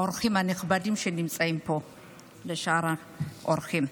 האורחים הנכבדים שנמצאים פה ושאר האורחים,